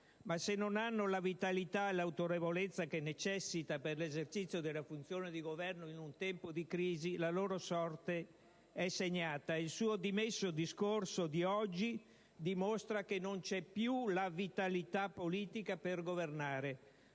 ma se non hanno la vitalità e l'autorevolezza necessarie per l'esercizio della funzione di governo in un tempo di crisi, la loro sorte è segnata. Il suo dimesso discorso di oggi dimostra che non c'è più la vitalità politica per governare.